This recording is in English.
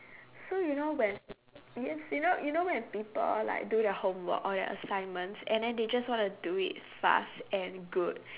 so you know when yes you know you know when people like do their homework or their assignments and then they just wanna do it fast and good